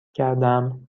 کردم